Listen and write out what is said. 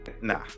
nah